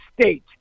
state